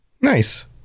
Nice